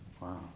Wow